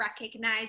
recognize